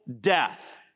death